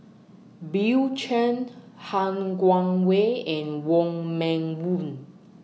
Bill Chen Han Guangwei and Wong Meng Voon